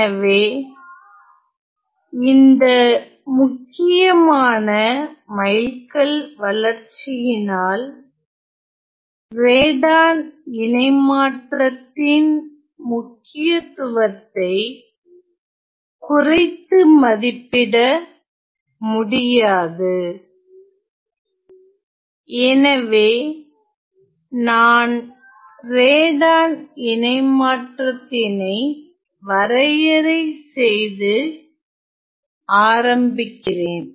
எனவே இந்த முக்கியமான மைல்கல் வளர்ச்சியினால் ரேடான் இணைமாற்றத்தின் முக்கியத்துவத்தை குறைத்து மதிப்பிட முடியாது எனவே நான் ரேடான் இணைமாற்றத்தினை வரையறை செய்து ஆரம்பிக்கிறேன்